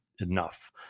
enough